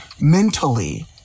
mentally